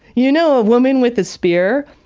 you know ah woman with a spear?